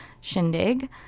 shindig